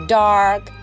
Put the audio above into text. dark